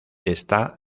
está